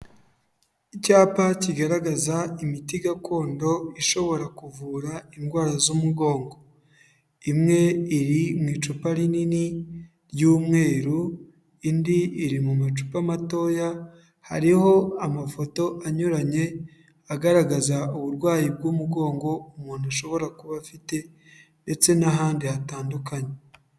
Icyapa kigaragaza imiti gakondo ishobora kuvura indwara z'umugongo; imwe iri mu icupa rinini ry'umweru, indi iri mu macupa matoya, hariho amafoto anyuranye agaragaza uburwayi bw'umugongo umuntu ashobora kuba afite, ndetse n'ahandi hatandukanye.